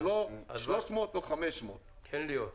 ולא 300 או 500. כן, ליאור.